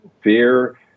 fear